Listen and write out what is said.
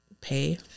pay